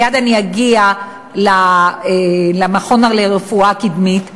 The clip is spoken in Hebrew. מייד אני אגיע למכון לרפואה קדמית שלנו,